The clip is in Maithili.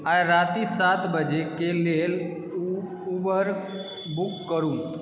आइ राति सात बजे के लेल उबर बुक करू